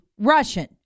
Russian